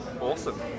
awesome